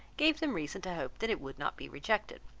gave them reason to hope that it would not be rejected